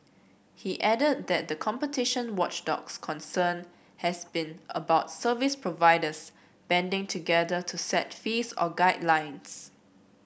he add that the competition watchdog's concern has been about service providers banding together to set fees or guidelines